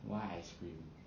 why ice cream